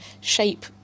shape